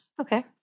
Okay